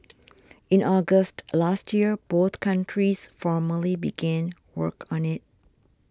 in August last year both countries formally began work on it